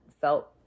felt